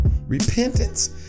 Repentance